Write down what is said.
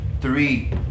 three